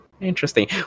Interesting